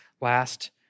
last